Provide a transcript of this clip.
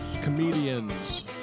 comedians